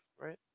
right